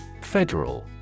Federal